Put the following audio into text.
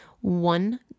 One